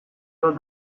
bat